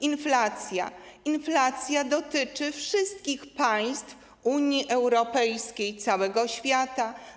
Inflacja dotyczy wszystkich państw Unii Europejskiej, całego świata.